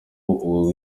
ubwo